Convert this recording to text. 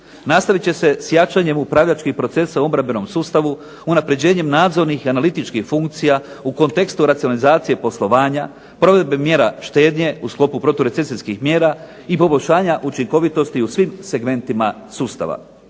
Nastavit će se sa upravljačkim procesa u obrambenom sustavu, unapređenjem nadzornih i analitičkih funkcija u kontekstu racionalizacije poslovanja, provedbe mjere štednje u sklopu proturecesijskih mjera i poboljšanja učinkovitosti u svim segmentima sustava.